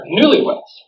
newlyweds